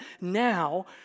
now